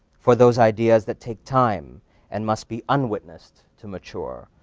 for those ideas that take time and must be unwitnessed to mature,